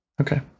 Okay